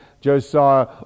Josiah